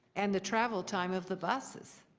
and the travel time of the buses.